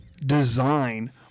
design